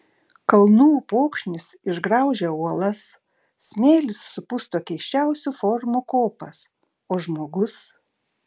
kalnų upokšnis išgraužia uolas smėlis supusto keisčiausių formų kopas o žmogus